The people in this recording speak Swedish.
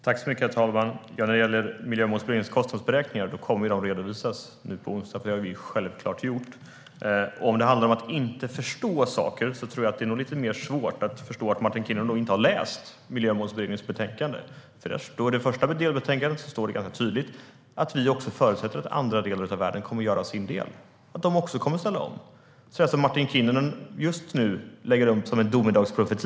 Herr talman! Vi i Miljömålsberedningen har självklart gjort kostnadsberäkningar, och de kommer att redovisas nu på onsdag. Om det handlar om att inte förstå saker tror jag att det nog är lite svårare att förstå att Martin Kinnunen inte har läst Miljömålsberedningens betänkande. I det första delbetänkandet står det ganska tydligt att vi förutsätter att andra delar av världen också kommer att göra sin del, att de också kommer att ställa om. Det var en domedagsprofetia vi hörde från Martin Kinnunen.